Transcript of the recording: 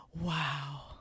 wow